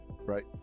right